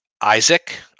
Isaac